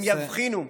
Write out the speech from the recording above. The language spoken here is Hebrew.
הם יבחינו,